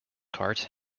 cart